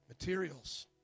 Materials